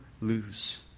lose